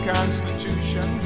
Constitution